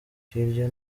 hirya